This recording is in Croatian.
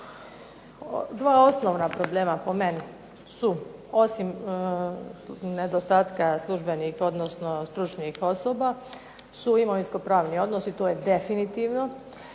Dva osnovna problema po meni su osim nedostatka službenih odnosno stručnih osoba, su imovinsko-pravni odnosi to je definitivno.